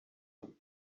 him